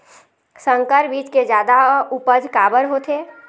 संकर बीज के जादा उपज काबर होथे?